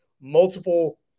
multiple